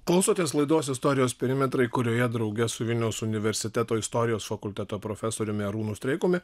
klausotės laidos istorijos perimetrai kurioje drauge su vilniaus universiteto istorijos fakulteto profesoriumi arūnu streikumi